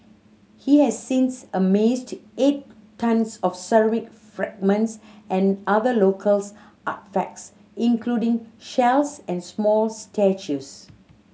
he has since amassed eight tonnes of ceramic fragments and other local artefacts including shells and small statues